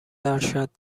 ارشد